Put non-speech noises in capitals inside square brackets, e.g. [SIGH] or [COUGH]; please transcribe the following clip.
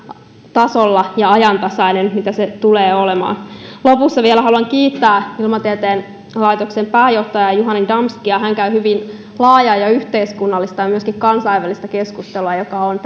tasolla ja ajantasainen mitä se tulee olemaan lopussa vielä haluan kiittää ilmatieteen laitoksen pääjohtajaa juhani damskia hän käy hyvin laajaa ja yhteiskunnallista ja myöskin kansainvälistä keskustelua joka on [UNINTELLIGIBLE]